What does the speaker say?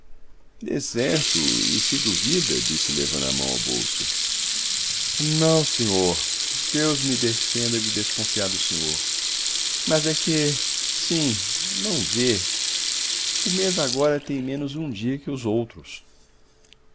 decerto e se duvida disse levando a mão ao bolso não senhor deus me defenda de desconfiar do senhor mas é que sim não vê o mês agora tem menos um dia que os outros